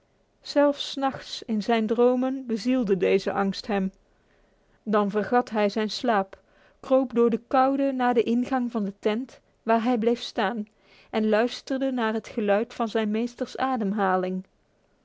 s nachts in zijn dromen bezielde deze angst hem dan vergat hij zijn slaap kroop door de koude naar de ingang van de tent waar hij bleef staan en luisterde naar het geluid van zijns meesters ademhaling